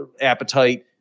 appetite